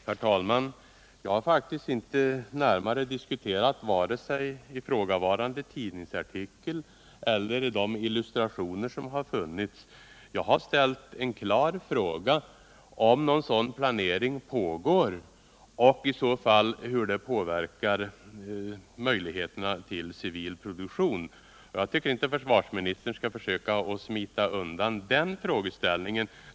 Herr talman! Jag har faktiskt inte närmare diskuterat vare sig ifrågavarande tidningsartikel eller de illustrationer som har funnits. Jag har ställt en klar fråga om en sådan planering pågår och i så fall hur denna påverkar möjligheterna till civil produktion. Jag tycker inte att försvarsministern skall försöka smita undan den frågeställningen.